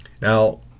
Now